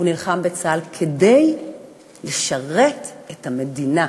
הוא נלחם בצה"ל כדי לשרת את המדינה,